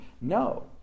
No